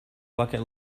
bucket